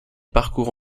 parcourt